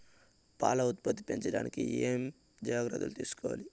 పాల ఉత్పత్తి పెంచడానికి ఏమేం జాగ్రత్తలు తీసుకోవల్ల?